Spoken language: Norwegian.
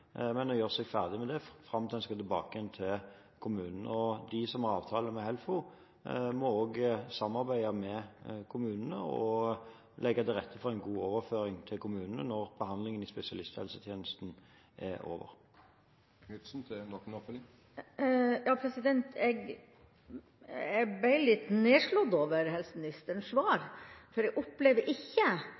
men å gjøre seg ferdig med det fram til en skal tilbake igjen til kommunen. De som har avtale med HELFO, må også samarbeide med kommunene og legge til rette for en god overføring til kommunene når behandlingen i spesialisthelsetjenesten er over. Jeg ble litt nedslått over helseministerens svar, for jeg opplever ikke